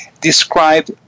describe